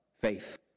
faith